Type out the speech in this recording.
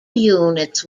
units